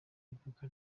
iduka